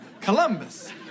Columbus